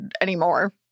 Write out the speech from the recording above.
anymore